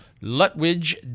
Lutwidge